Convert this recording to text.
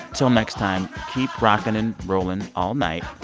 so um next time, keep rocking and rolling all night.